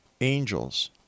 angels